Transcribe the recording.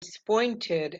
disappointed